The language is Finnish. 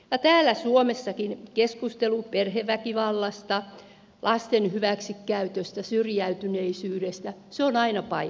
täällä suomessakin keskustelu perheväkivallasta lasten hyväksikäytöstä syrjäytyneisyydestä on aina paikallaan